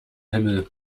himmel